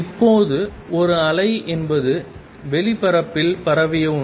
இப்போது ஒரு அலை என்பது வெளிப்பரப்பில் பரவிய ஒன்று